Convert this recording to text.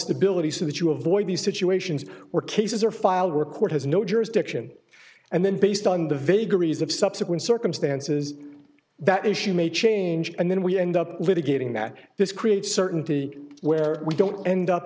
stability so that you avoid these situations or cases or file record has no jurisdiction and then based on the vagaries of subsequent circumstances that issue may change and then we end up with a gating that this creates certainty where we don't end up